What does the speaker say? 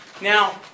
Now